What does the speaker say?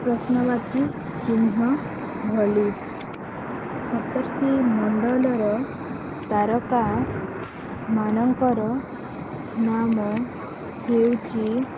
ପ୍ରଶ୍ନବାଚୀ ଚିହ୍ନ ଭଳି ସପ୍ତର୍ଷି ମଣ୍ଡଳର ତାରକାମାନଙ୍କର ନାମ ହେଉଛି